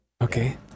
Okay